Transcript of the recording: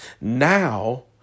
Now